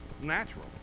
natural